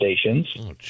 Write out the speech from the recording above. stations